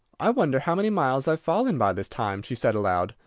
i wonder how many miles i've fallen by this time? she said aloud.